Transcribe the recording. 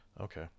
okay